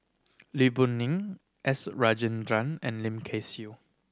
Lee Boon S Rajendran and Lim Kay Siu